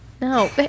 no